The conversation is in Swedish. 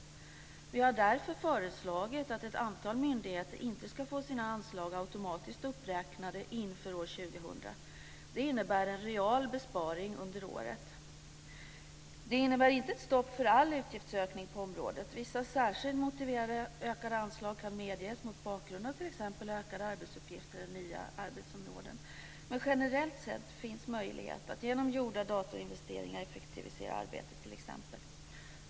Vi har därför föreslagit att ett antal myndigheter inte ska få sina anslag automatiskt uppräknade inför år 2000. Det innebär en real besparing under året. Det innebär inte ett stopp för all utgiftsökning på området. Vissa särskilt motiverade ökade anslag kan medges mot bakgrund av t.ex. ökade arbetsuppgifter eller nya arbetsområden. Men generellt sett finns det möjlighet att man t.ex. genom gjorda datorinvesteringar effektiviserar arbetet.